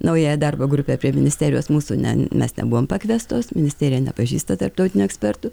naująją darbo grupę prie ministerijos mūsų ne mes nebuvom pakviestos ministerija nepažįsta tarptautinių ekspertų